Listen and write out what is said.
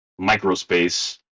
microspace